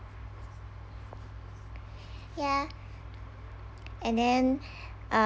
ya and then uh